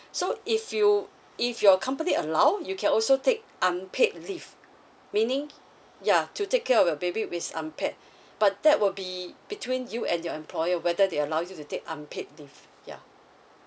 so if you if your company allow you can also take unpaid leave meaning yeah to take care of the baby with unpaid but that will be between you and your employer whether they allow you to take unpaid leave yeah